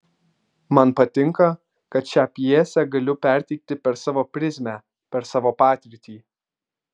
man patinka kad šią pjesę galiu perteikti per savo prizmę per savo patirtį